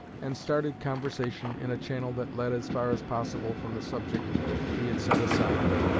and started conversation in a channel that led as far as possible from the subject that he had set aside.